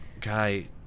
Guy